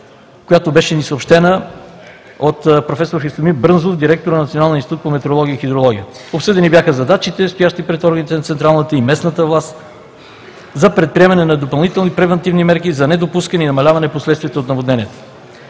която ни беше съобщена от проф. Христомир Брънзов – директор на Националния институт по метеорология и хидрология. Обсъдени бяха задачите, стоящи пред органите на централната и местната власт, за предприемане на допълнителни превантивни мерки за недопускане и намаляване последствията от наводненията.